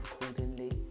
accordingly